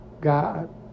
God